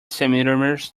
centimeters